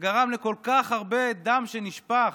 שגרם לכל כך הרבה דם שנשפך?